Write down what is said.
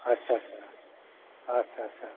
आदसा आदसा आदसा